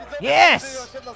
Yes